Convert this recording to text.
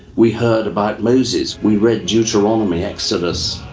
we heard about moses. we read deuteronomy, exodus,